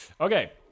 okay